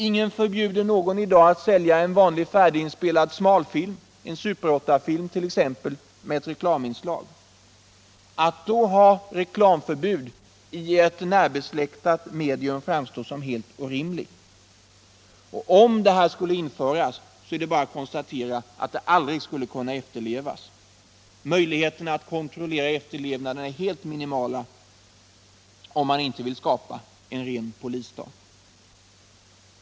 Ingen förbjuder någon att sälja en vanlig färdiginspelad smalfilm —1. ex. en super-8-film — med ett reklaminslag. Att då ha ett reklam förbud i ett närbesläktat medium framstår som helt orimligt. Om det här skulle införas, är det bara att konstatera att det aldrig skulle efterlevas. Möjligheterna att kontrollera efterlevnaden är helt minimala, om man inte vill skapa en ren polisstat.